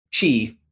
Chi